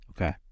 Okay